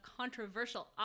controversial